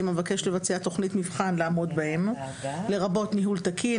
המבקש לבצע תכנית מבחן לעמוד בהם לרבות ניהול תקין,